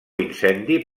incendi